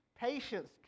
patience